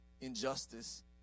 injustice